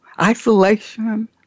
isolation